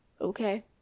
Okay